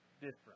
Different